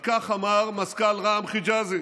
על כך אמר מזכ"ל רע"מ חיג'אזי: